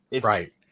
Right